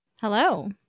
Hello